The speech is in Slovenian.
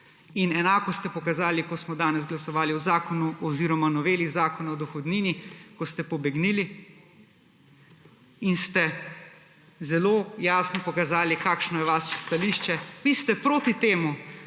In enako ste pokazali, ko smo danes glasovali o zakonu oziroma noveli Zakona o dohodnini, ko ste pobegnili in ste zelo jasno pokazali, kakšno je vaše stališče. Vi ste proti temu,